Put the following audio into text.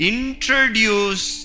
Introduce